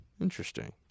Interesting